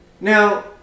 Now